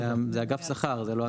אגף שכר.